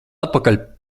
atpakaļ